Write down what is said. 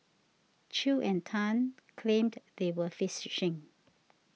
Chew and Tan claimed they were